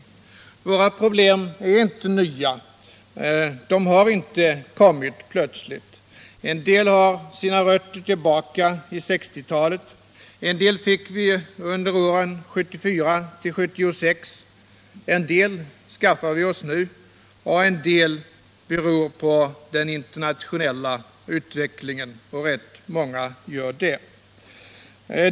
Våra problem är inte nya, de har inte kommit plötsligt. En del har sina rötter tillbaka i 1960-talet, en del fick vi under åren 1974-1976, en del skaffar vi oss nu och en del beror på den internationella utvecklingen — och det är rätt många.